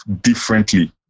differently